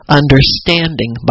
understanding